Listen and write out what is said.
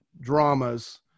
dramas